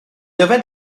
yfed